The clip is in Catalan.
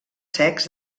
secs